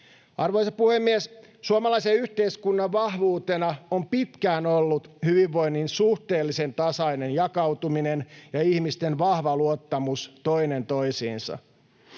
Arvoisa puhemies! Suomalaisen yhteiskunnan vahvuutena on pitkään ollut hyvinvoinnin suhteellisen tasainen jakautuminen ja ihmisten vahva luottamus toinen toisiinsa.